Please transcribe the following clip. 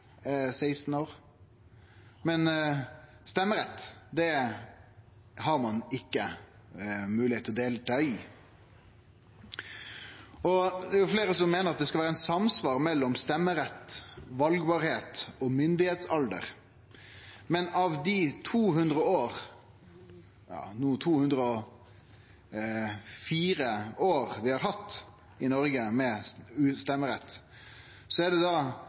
16 år. Men stemmerett har ein ikkje. Det er fleire som meiner at det skal vere samsvar mellom stemmerett, det å kunne stille til val og myndigheitsalder, men av dei 204 åra vi har hatt stemmerett i Noreg, har det berre i 40 år vore eit direkte samsvar mellom stemmerett og det